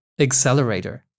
accelerator